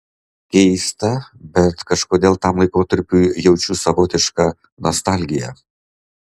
keista bet kažkodėl tam laikotarpiui jaučiu savotišką nostalgiją